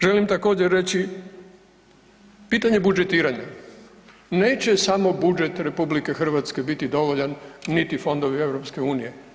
Želim također reći pitanje budžetiranja, neće samo budžet RH biti dovoljan niti Fondovi EU.